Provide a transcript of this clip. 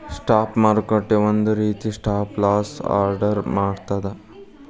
stop ಮಾರುಕಟ್ಟೆ ಒಂದ ರೇತಿ ಸ್ಟಾಪ್ ಲಾಸ್ ಆರ್ಡರ್ ಮಾಡ್ತದ